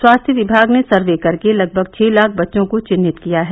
स्वास्थ्य विभाग ने सर्वे करके लगभग छः लाख बच्चों को चिन्हित किया है